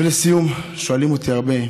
ולסיום, שואלים אותי הרבה: